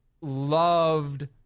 loved